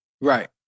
Right